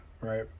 right